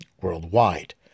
worldwide